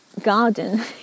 garden